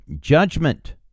judgment